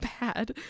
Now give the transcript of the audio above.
bad